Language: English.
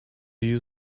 you